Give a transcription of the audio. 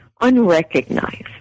unrecognized